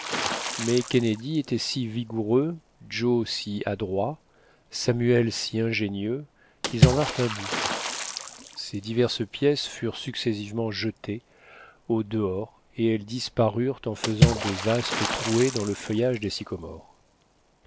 mais kennedy était si vigoureux joe si adroit samuel si ingénieux qu'ils en vinrent à bout ces diverses pièces furent successivement jetées au dehors et elles disparurent en faisant de vastes trouées dans le feuillage des sycomores